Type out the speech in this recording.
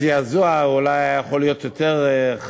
הזעזוע אולי היה יכול להיות יותר חד